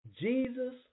Jesus